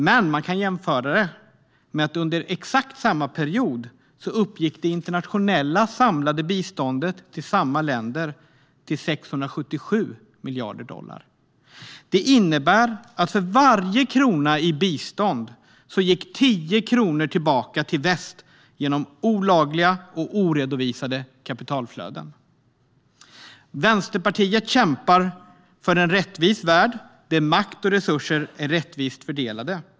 Men summorna kan jämföras med att under exakt samma period uppgick det internationella samlade biståndet till samma länder till 677 miljarder dollar. Det innebär att för varje krona i bistånd gick 10 kronor tillbaka till väst genom olagliga och oredovisade kapitalflöden. Vänsterpartiet kämpar för en rättvis värld där makt och resurser är rättvist fördelade.